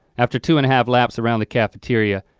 after two and a half laps around the cafeteria,